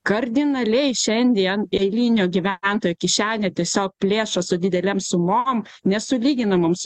kardinaliai šiandien eilinio gyventojo kišenę tiesiog plėšo su didelėm sumom nesulyginamom su